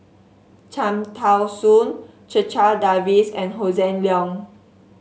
Cham Tao Soon Checha Davies and Hossan Leong